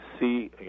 see